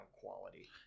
quality